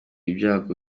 ibyago